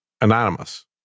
anonymous